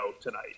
tonight